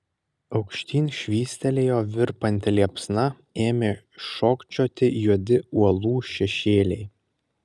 aukštyn švystelėjo virpanti liepsna ėmė šokčioti juodi uolų šešėliai